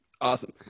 Awesome